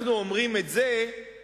אנחנו אומרים את זה כאילוץ,